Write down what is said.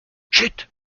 chut